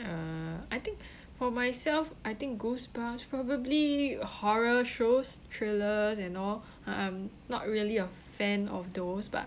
uh I think for myself I think goosebumps probably horror shows thrillers and all uh I'm not really a fan of those but